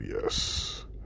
yes